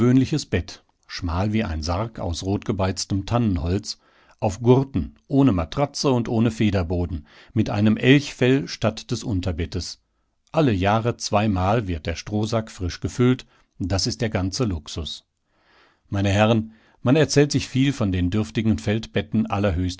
bett schmal wie ein sarg aus rotgebeiztem tannenholz auf gurten ohne matratze und ohne federboden mit einem elchfell statt des unterbettes alle jahre zweimal wird der strohsack frisch gefüllt das ist der ganze luxus meine herren man erzählt sich viel von den dürftigen feldbetten allerhöchster